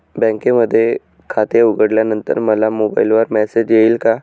बँकेमध्ये खाते उघडल्यानंतर मला मोबाईलवर मेसेज येईल का?